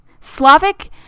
Slavic